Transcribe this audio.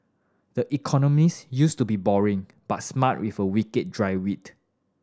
the economists used to be boring but smart with a wicked dry wit